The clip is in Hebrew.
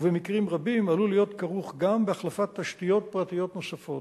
ובמקרים רבים עלול להיות כרוך גם בהחלפת תשתיות פרטיות נוספות.